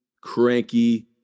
cranky